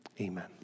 Amen